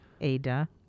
Ada